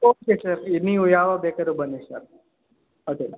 okay sir ನೀವು ಯಾವಾಗ ಬೇಕಾದ್ರು ಬನ್ನಿ ಸರ್ ಅಡ್ಡಿಯಿಲ್ಲ